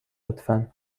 لطفا